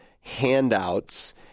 handouts